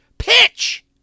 Pitch